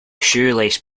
shoelace